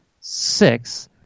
six